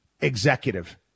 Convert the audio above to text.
executive